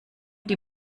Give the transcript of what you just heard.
die